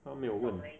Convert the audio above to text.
他没有问